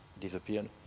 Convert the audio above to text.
disappeared